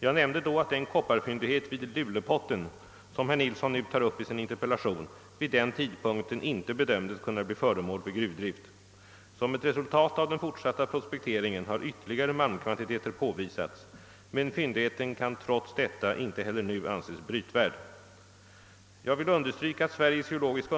Jag nämnde då att den kopparfyndighet vid Lulepot ten, som herr Nilsson nu tar upp i sin interpellation, vid den tidpunkten inte bedömdes kunna bli föremål för gruvdrift. Som ett resultat av den fortsatta prospekteringen har ytterligare malmkvantiteter påvisats, men fyndigheten kan trots detta inte heller nu anses brytvärd. Jag vill understryka att Sveriges geologiska .